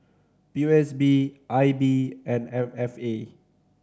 P O S B I B and M F A